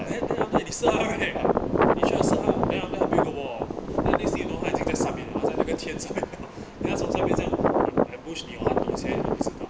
then then after that 你 serve ah right 你去要 serve 他的 men then ah 他 build 个 wall then next thing you know 他已经在上面 ah 趴在那个天上面 liao then 他从上面这样 ambush 你 hor 他懂些你也不知道